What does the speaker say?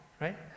right